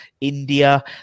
india